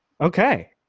Okay